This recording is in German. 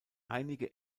einige